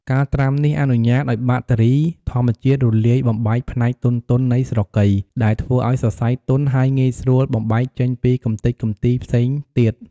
ការត្រាំនេះអនុញ្ញាតឱ្យបាក់តេរីធម្មជាតិរលាយបំបែកផ្នែកទន់ៗនៃស្រកី ដែលធ្វើឱ្យសរសៃទន់ហើយងាយស្រួលបំបែកចេញពីកម្ទេចកម្ទីផ្សេងទៀត។